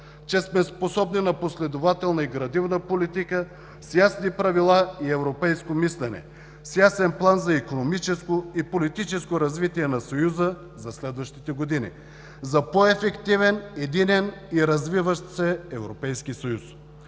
че сме способни на последователна и градивна политика с ясни правила и европейско мислене, с ясен план за икономическо и политическо развитие на Съюза за следващите години, за по-ефективен единен и развиващ се Европейски съюз,